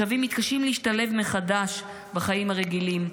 השבים מתקשים להשתלב מחדש בחיים הרגילים.